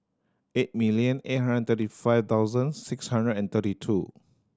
eight million eight hundred thirty five thousand six hundred and thirty two